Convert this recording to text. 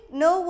no